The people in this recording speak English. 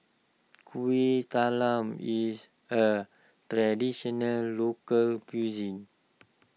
Kueh Talam is a Traditional Local Cuisine